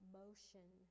motion